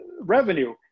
revenue